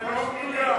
זה לא מדויק.